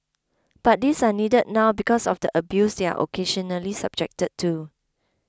but these are needed now because of the abuse they are occasionally subjected to